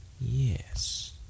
Yes